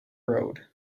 road